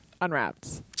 Unwrapped